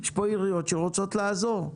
יש פה עיריות שרוצות לעזור.